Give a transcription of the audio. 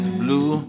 blue